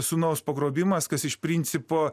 sūnaus pagrobimas kas iš principo